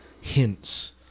hints